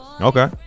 Okay